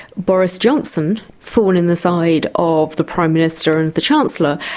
boris johnson, thorn in the side of the prime minister and the chancellor,